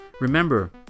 Remember